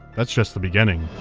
that's just the beginning,